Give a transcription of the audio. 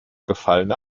gefallene